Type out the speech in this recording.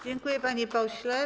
Dziękuję, panie pośle.